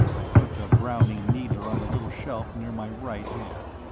i put the browning needler on the little shelf near my right hand.